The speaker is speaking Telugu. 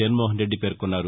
జగన్మోహన్రెడ్లి పేర్కొన్నారు